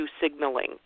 signaling